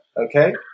Okay